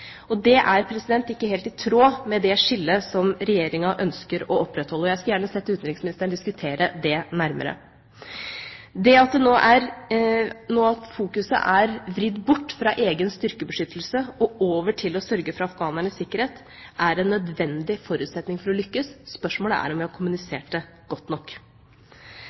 Det er ikke helt i tråd med det skillet som Regjeringa ønsker å opprettholde. Jeg skulle gjerne sett utenriksministeren diskutere det nærmere. Det at fokuset nå er vridd bort fra egen styrkebeskyttelse og over til å sørge for afghanernes sikkerhet, er en nødvendig forutsetning for å lykkes, spørsmålet er om vi har kommunisert det godt nok.